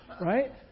Right